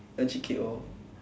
legit K_O